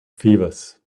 fevers